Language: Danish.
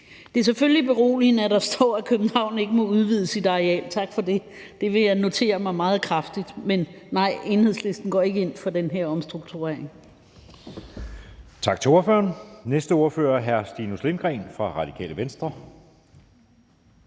Det er selvfølgelig beroligende, at der står, at Københavns Lufthavn ikke må udvide sit areal. Tak for det. Det vil jeg notere mig meget kraftigt. Men nej, Enhedslisten går ikke ind for den her omstrukturering.